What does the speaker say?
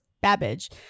Babbage